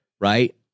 right